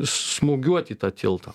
smūgiuot į tą tiltą